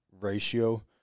ratio